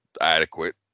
adequate